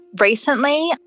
Recently